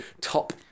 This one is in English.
Top